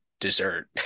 dessert